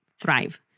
thrive